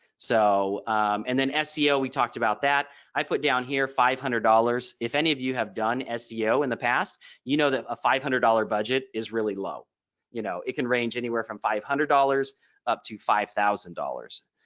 so and then seo we talked about that. i put down here five hundred dollars. if any of you have done seo in the past you know that a five hundred dollars budget is really low you know it can range anywhere from five hundred dollars up to five thousand dollars,